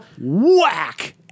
whack